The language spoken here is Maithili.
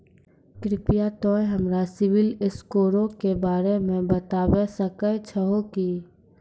कृपया तोंय हमरा सिविल स्कोरो के बारे मे बताबै सकै छहो कि?